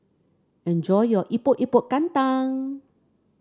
enjoy your Epok Epok Kentang